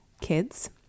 kids